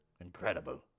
Incredible